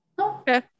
okay